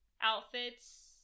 outfits